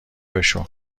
بشو